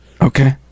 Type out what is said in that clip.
okay